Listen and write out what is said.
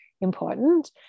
important